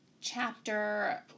chapter